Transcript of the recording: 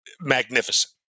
magnificent